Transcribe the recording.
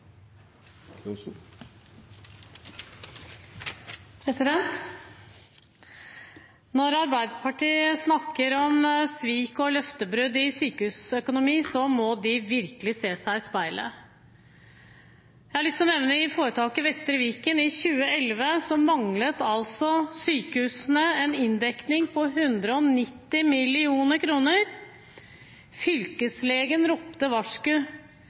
minutt. Når Arbeiderpartiet snakker om svik og løftebrudd i sykehusøkonomien, må de virkelig se seg i speilet. Jeg har lyst til å nevne foretaket Vestre Viken. I 2011 manglet sykehusene en inndekning på 190 mill. kr. Fylkeslegen ropte varsku.